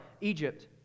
Egypt